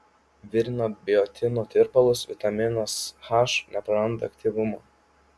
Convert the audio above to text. virinant biotino tirpalus vitaminas h nepraranda aktyvumo